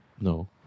No